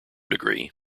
degree